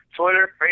Twitter